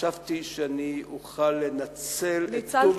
חשבתי שאוכל לנצל את טוב לבך,